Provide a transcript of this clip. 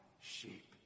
sheep